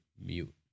Mute